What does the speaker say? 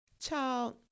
Child